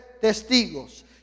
testigos